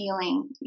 feeling